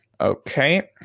Okay